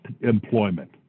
employment